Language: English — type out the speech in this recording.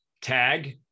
TAG